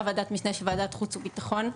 ועדת משנה של ועדת החוץ והביטחון.